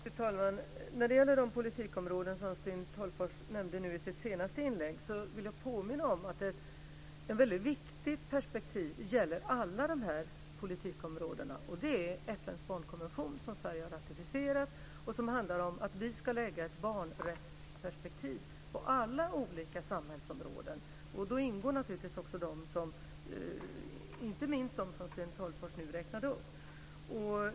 Fru talman! När det gäller de politikområden som Sten Tolgfors nämnde i sitt senaste inlägg vill jag påminna om ett väldigt viktigt perspektiv som gäller alla de här politikområdena, nämligen FN:s barnkonvention som Sverige har ratificerat och som handlar om att vi ska lägga ett barnrättsperspektiv på alla olika samhällsområden. Då ingår naturligtvis inte minst de som Sten Tolgfors nyss räknade upp.